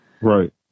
Right